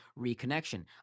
reconnection